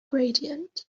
gradient